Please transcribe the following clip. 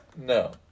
No